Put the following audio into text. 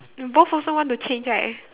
you both also want to change right